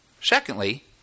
Secondly